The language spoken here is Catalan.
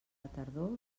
tardor